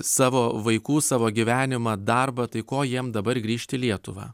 savo vaikų savo gyvenimą darbą tai ko jiem dabar grįžt į lietuvą